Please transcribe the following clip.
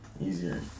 easier